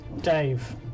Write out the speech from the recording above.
Dave